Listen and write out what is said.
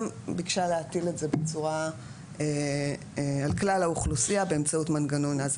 ביקשה להטיל את זה על כלל האוכלוסייה באמצעות מנגנון,